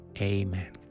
Amen